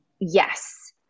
Yes